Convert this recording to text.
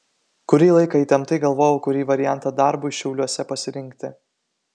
kurį laiką įtemptai galvojau kurį variantą darbui šiauliuose pasirinkti